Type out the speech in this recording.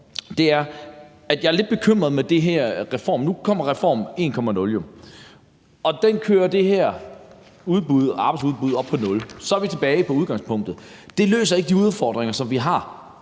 til at jeg er lidt bekymret med hensyn til den her reform. Nu kommer reform 1.0 jo, og den kører det her arbejdsudbud op på nul. Så er vi tilbage ved udgangspunktet. Det løser ikke de udfordringer, som vi har